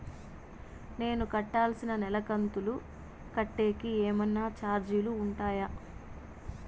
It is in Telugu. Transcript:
నేను కట్టాల్సిన నెల కంతులు కట్టేకి ఏమన్నా చార్జీలు ఉంటాయా?